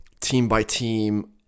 team-by-team